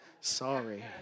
sorry